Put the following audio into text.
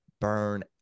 burn